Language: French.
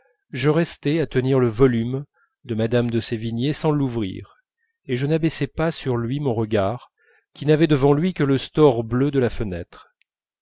je restai à tenir le volume de madame de sévigné sans l'ouvrir et je n'abaissai pas sur lui mon regard qui n'avait devant lui que le store bleu de la fenêtre